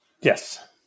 Yes